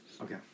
Okay